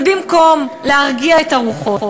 ובמקום להרגיע את הרוחות,